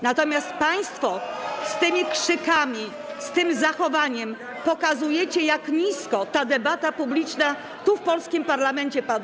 natomiast państwo z tymi krzykami, z tym zachowaniem pokazujecie, jak nisko ta debata publiczna tu, w polskim parlamencie, upadła.